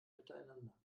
miteinander